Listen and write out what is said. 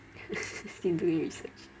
still doing research